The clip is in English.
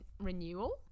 renewal